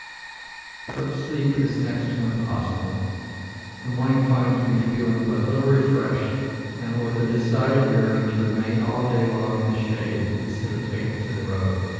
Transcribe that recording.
but sleep is next to impossible the morning finds me feeling but little refreshed and with a decided yearning to remain all day long in the shade instead of taking to the road.